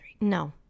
No